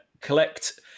collect